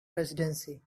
presidency